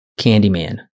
Candyman